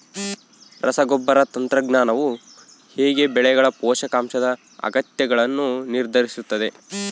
ರಸಗೊಬ್ಬರ ತಂತ್ರಜ್ಞಾನವು ಹೇಗೆ ಬೆಳೆಗಳ ಪೋಷಕಾಂಶದ ಅಗತ್ಯಗಳನ್ನು ನಿರ್ಧರಿಸುತ್ತದೆ?